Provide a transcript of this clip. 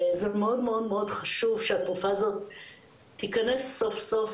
וזה מאוד חשוב שהתרופה הזאת תכנס סוף-סוף